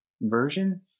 version